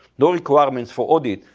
no requirements for audit,